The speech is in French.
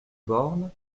borne